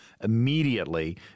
immediately